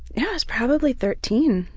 yeah yes, probably thirteen.